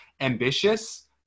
ambitious